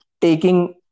taking